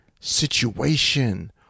situation